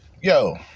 yo